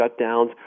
shutdowns